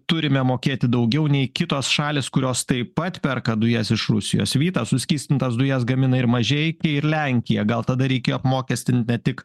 turime mokėti daugiau nei kitos šalys kurios taip pat perka dujas iš rusijos vytas suskystintas dujas gamina ir mažeikiai ir lenkija gal tada reikia apmokestint ne tik